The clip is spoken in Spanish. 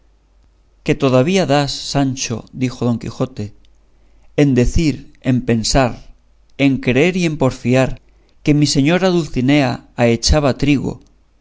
que todavía das sancho dijo don quijote en decir en pensar en creer y en porfiar que mi señora dulcinea ahechaba trigo